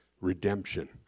redemption